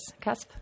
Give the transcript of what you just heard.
cusp